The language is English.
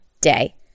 day